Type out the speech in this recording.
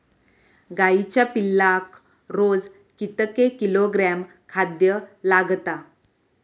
गाईच्या पिल्लाक रोज कितके किलोग्रॅम खाद्य लागता?